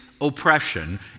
oppression